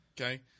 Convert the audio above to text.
Okay